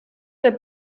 que